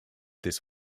this